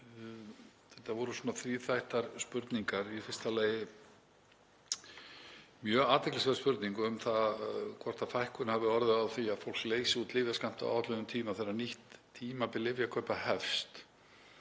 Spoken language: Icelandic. Þetta voru þríþættar spurningar. Í fyrsta lagi mjög athyglisverð spurning um það hvort fækkun hafi orðið á því að fólk leysi út lyfjaskammta á áætluðum tíma þegar nýtt tímabil lyfjakaupa hefst